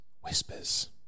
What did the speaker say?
Whispers